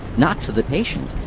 not to the patient,